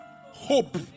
hope